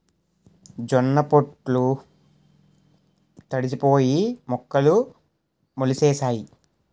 జొన్న పొట్లు తడిసిపోయి మొక్కలు మొలిసేసాయి